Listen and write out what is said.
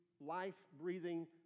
life-breathing